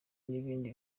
n’ibindi